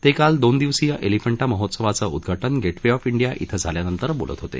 ते काल दोन दिवसीय एलिफंटा महोत्सवाचे उदघाटन गेट वे ऑफ इंडिया इथं झाल्यानंतर बोलत होते